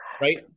right